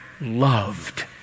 loved